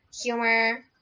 humor